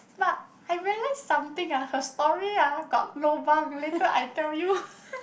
but I realise something ah her story ah got lobang later I tell you